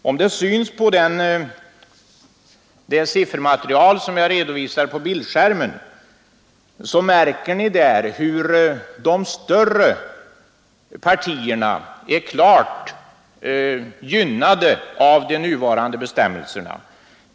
Av det siffermaterial som jag visar på bildskärmen framgår det hur de större partierna är klart gynnade av de nuvarande bestämmelserna.